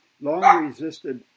long-resisted